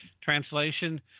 Translation